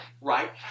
Right